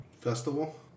Festival